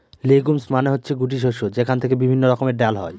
legumes মানে হচ্ছে গুটি শস্য যেখান থেকে বিভিন্ন রকমের ডাল হয়